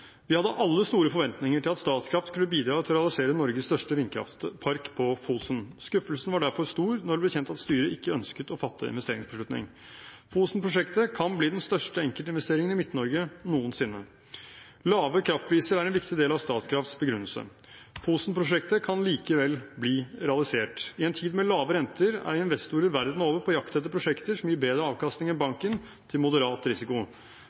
Vi hadde alle store forventninger til at Statkraft skulle bidra til å realisere Norges største vindkraftpark på Fosen. Skuffelsen var derfor stor da det ble kjent at styret ikke ønsket å fatte investeringsbeslutning. Fosen-prosjektet kan bli den største enkeltinvesteringen i Midt-Norge noensinne. Lave kraftpriser er en viktig del av Statkrafts begrunnelse. Fosen-prosjektet kan likevel bli realisert. I en tid med lave renter er investorer verden over på jakt etter prosjekter som gir bedre avkastning enn banken, til moderat risiko.